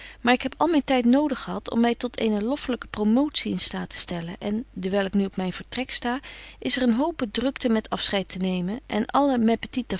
maar ik heb al myn tyd nodig gehad om my tot eene loffelyke promotie in staat te stellen en dewyl ik nu op myn vertrek sta is er een hope drukte met afscheid te nemen en alle mes petites